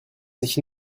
sich